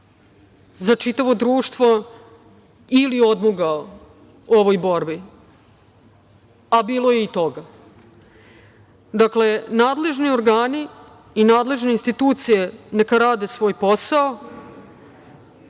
za čitavo društvo, ili odmogao ovoj borbi, a bilo je i toga. Dakle, nadležni ograni i nadležne institucije neka rade svoj posao,